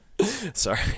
Sorry